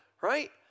Right